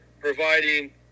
providing